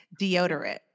Deodorant